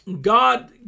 God